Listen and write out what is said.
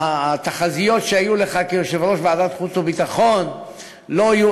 שהתחזיות שהיו לך כיושב-ראש ועדת החוץ והביטחון לא יהיו